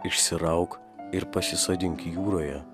išsirauk ir pasisodink jūroje